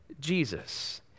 Jesus